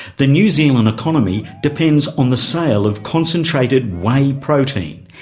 the new zealand economy depends on the sale of concentrated whey protein.